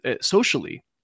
socially